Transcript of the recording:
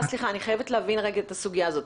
אני חייבת להבין את הסוגיה הזאת,